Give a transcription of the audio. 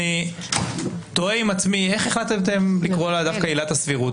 אני תוהה עם עצמי איך החלטתם לקרוא לה דווקא עילת הסבירות.